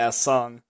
song